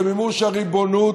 למימוש הריבונות,